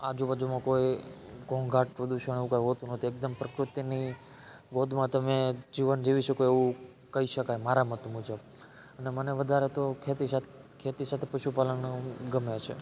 આજુબાજુમાં કોઈ ઘોંઘાટ પ્રદૂષણ એવું કઈ હોતું નથી એકદમ પ્રકૃતિની ગોદમાં તમે જીવન જીવી શકો એવું કહી શકાય મારા મત મુજબ અને મને વધારે તો ખેતી સાથે ખેતી સાથે પશુપાલનનું ગમે છે